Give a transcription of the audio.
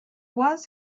was